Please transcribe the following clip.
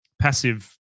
passive